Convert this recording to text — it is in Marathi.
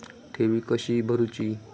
ठेवी कशी भरूची?